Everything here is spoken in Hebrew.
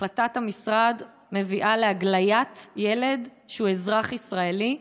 החלטת המשרד מביאה להגליית ילד שהוא אזרח ישראלי.